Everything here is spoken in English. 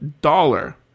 dollar